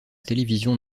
télévision